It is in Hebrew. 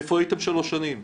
איפה הייתם שלוש שנים?